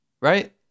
right